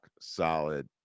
solid